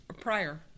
prior